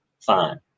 fine